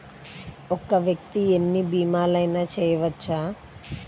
ఒక్క వ్యక్తి ఎన్ని భీమలయినా చేయవచ్చా?